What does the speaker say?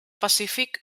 pacífic